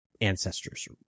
ancestors